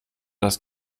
das